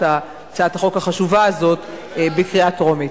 הצעת החוק החשובה הזאת בקריאה טרומית.